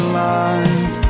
life